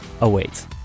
awaits